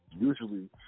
usually